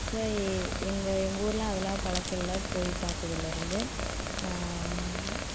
so எங்கள் எங்கள் ஊர்லாம் அதெல்லாம் பழக்கம் இல்லை போய் பார்த்ததுலேருந்து